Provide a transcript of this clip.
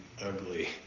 ugly